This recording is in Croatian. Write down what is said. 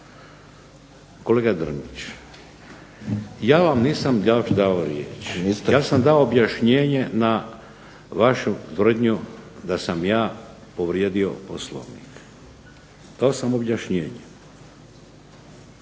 Kolega Drmić ja vam nisam još dao riječ, ja sam dao objašnjenje na vašu tvrdnju da sam ja povrijedio Poslovnik. Sada vi dižete